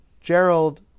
Gerald